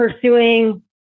pursuing